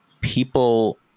people